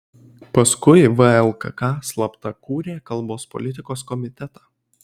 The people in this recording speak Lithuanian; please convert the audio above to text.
paskui vlkk slapta kūrė kalbos politikos komitetą